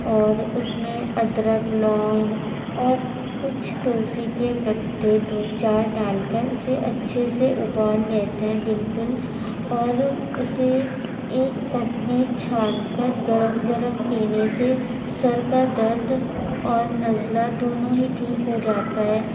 اور اس میں ادرک لونگ اور کچھ تلسی کے پتے دو چار ڈال کر اسے اچھے سے ابال لیتے ہیں بالکل اور اسے ایک کپ میں چھان کر گرم گرم پینے سے سر کا درد اور نزلہ دونوں ہی ٹھیک ہو جاتا ہے